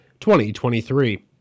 2023